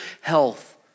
health